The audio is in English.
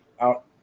out